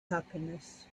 happiness